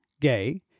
gay